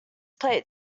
plate